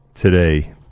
today